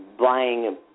buying